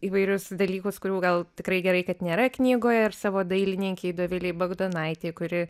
įvairius dalykus kurių gal tikrai gerai kad nėra knygoj ir savo dailininkei dovilei bagdonaitei kuri